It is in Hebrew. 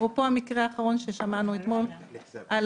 אפרופו המקרה האחרון ששמענו אתמול על